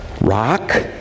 rock